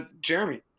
jeremy